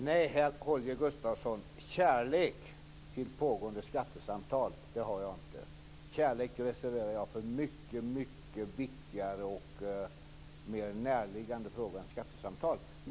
Fru talman! Nej, Holger Gustafsson, jag känner inte någon kärlek till pågående skattesamtal. Kärlek reserverar jag för mycket viktigare och mer näraliggande frågor än skattesamtal.